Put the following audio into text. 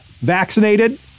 vaccinated